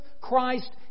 Christ